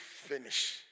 finish